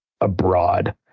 abroad